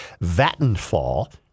Vattenfall